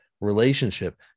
relationship